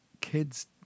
kids